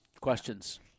questions